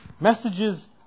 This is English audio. Messages